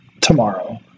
tomorrow